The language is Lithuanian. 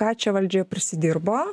ką čia valdžia prisidirbo